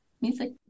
music